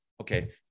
okay